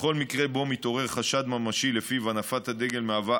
בכל מקרה שבו מתעורר חשד ממשי שלפיו הנפת הדגל מהווה